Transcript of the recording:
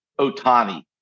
Otani